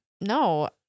No